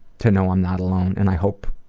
to know i'm not alone and i hope